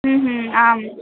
आं